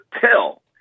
tell